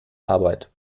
arbeit